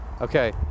Okay